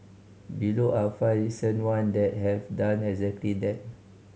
below are five recent one that have done exactly that